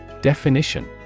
Definition